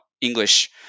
English